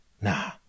Nah